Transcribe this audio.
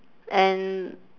and